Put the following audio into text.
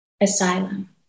Asylum